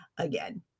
again